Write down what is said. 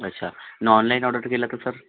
अच्छा आणि online order टू केलं तर सर